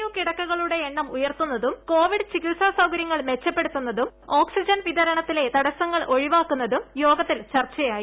U കിടക്കകളുടെ എണ്ണം ഉയർത്തുന്നതും കോവിഡ് ചികിത്സാ സൌകര്യങ്ങൾ മെച്ചപ്പെടുത്തുന്നതും ഓക്സിജൻ വിതരണത്തിലെ തടസ്സങ്ങൾ ഒഴിവാക്കുന്നതും യോഗത്തിൽ ചർച്ചയായി